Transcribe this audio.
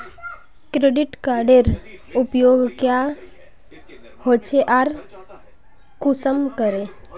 Credit कार्डेर उपयोग क्याँ होचे आर कुंसम करे?